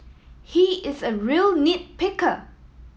he is a real nit picker